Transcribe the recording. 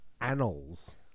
annals